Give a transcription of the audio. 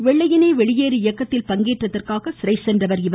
வெள்ளையனே வெளியேறு இயக்கத்தில் பங்கேற்றதற்காக சிறை சென்றவர் இவர்